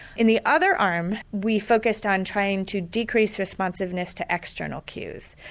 in the other arm we focused on trying to decrease responsiveness to external cues.